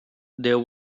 there